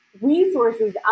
resources